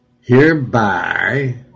Hereby